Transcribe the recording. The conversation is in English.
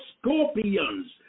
scorpions